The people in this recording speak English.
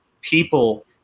People